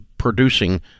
producing